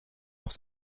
auch